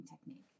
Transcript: technique